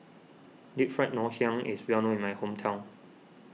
Deep Fried Ngoh Hiang is well known in my hometown